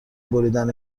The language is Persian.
بریدن